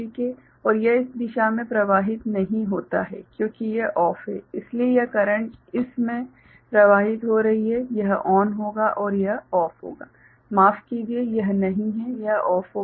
और यह इस दिशा में प्रवाहित नहीं होता है क्योंकि यह OFF है इसलिए यह करेंट इस में प्रवाहित हो रही है यह ON होगा और यह OFF होगा माफ कीजिए यह नहीं है यह OFF होगा